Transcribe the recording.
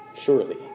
Surely